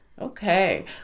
Okay